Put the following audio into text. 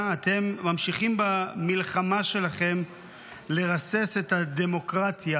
אתם ממשיכים במלחמה שלכם לרסס את הדמוקרטיה